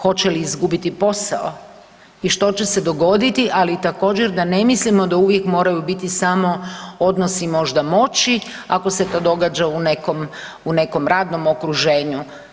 Hoće li izgubiti posao i što će se dogoditi, ali također, da ne mislimo da uvijek moraju biti samo odnosi možda, moći, ako se to događa u nekom radnom okruženju.